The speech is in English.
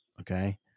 Okay